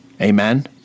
Amen